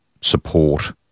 support